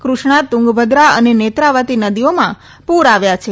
કૃષ્ણા તુંગભદ્રા અને નેત્રાવતી નદીઓમાં પૂર આવ્યાં છે